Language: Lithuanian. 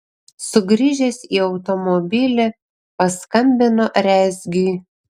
sugrįžęs į automobilį paskambino rezgiui